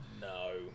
No